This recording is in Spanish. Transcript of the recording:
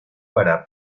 para